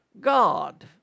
God